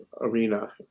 arena